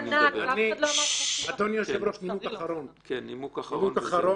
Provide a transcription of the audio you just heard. אדוני היושב-ראש, נימוק אחרון.